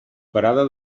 parada